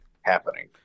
happening